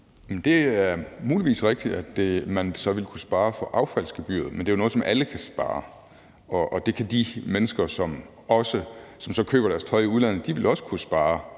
Det er muligvis rigtigt, at man så ville kunne spare på affaldsgebyret, men det er jo noget, som alle kan spare. De mennesker, som køber deres tøj i udlandet, ville også kunne spare